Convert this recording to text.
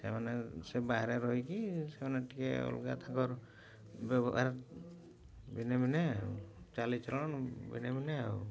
ସେମାନେ ସେ ବାହାରେ ରହିକି ସେମାନେ ଟିକେ ଅଲଗା ତାଙ୍କର ବ୍ୟବହାର ଭିନ୍ନ ଭିନ୍ନ ଆଉ ଚାଲିଚଳନ ଭିନ୍ନ ଭିନ୍ନ ଆଉ